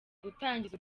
gutangiza